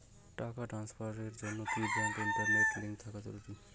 টাকা ট্রানস্ফারস এর জন্য কি ব্যাংকে ইন্টারনেট লিংঙ্ক থাকা জরুরি?